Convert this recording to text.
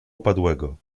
upadłego